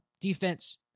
defense